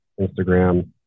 Instagram